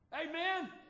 amen